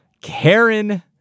Karen